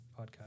podcast